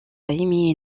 émis